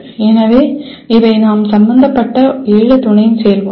எனவே இவை நாம் சம்பந்தப்பட்ட ஏழு துணை செயல்முறைகள்